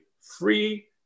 free